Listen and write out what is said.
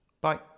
Bye